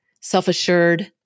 self-assured